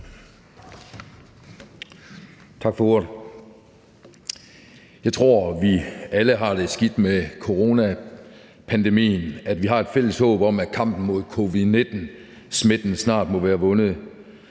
Tak for ordet. Jeg tror, at vi alle har det skidt med coronapandemien, og at vi har et fælles håb om, at kampen mod covid-19-smitten snart vil være vundet.